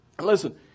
Listen